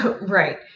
Right